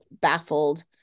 baffled